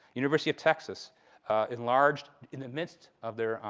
university of texas enlarged in the midst of their,